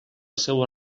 seua